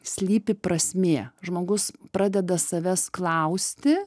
slypi prasmė žmogus pradeda savęs klausti